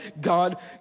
God